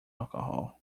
alcohol